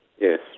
Yes